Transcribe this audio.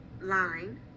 line